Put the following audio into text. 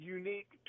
unique